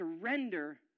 Surrender